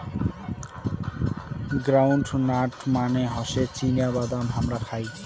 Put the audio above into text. ground nut মানে হসে চীনা বাদাম হামরা খাই